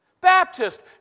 Baptist